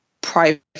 private